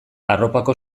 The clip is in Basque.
arropako